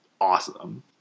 awesome